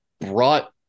brought